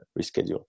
reschedule